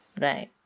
Right